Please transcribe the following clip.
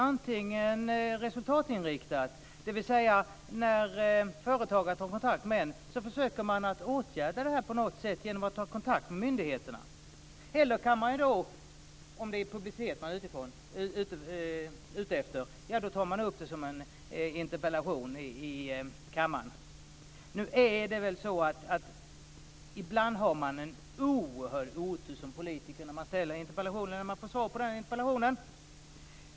Antingen är man resultatinriktad, dvs. att när en företagare tar kontakt med en, försöker man att åtgärda detta på något sätt genom att ta kontakt med myndigheterna. Eller om det är publicitet man är ute efter, tar man upp det som en interpellation i kammaren. Nu är det väl så att man som politiker ibland har en oerhörd otur när man ställer en interpellation och får svar på den.